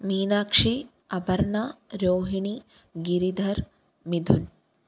Meenakshi Aparna Rohini Giridhar Mithun